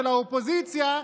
של האופוזיציה,